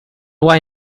why